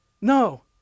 No